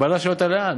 בעלה שואל אותה: לאן?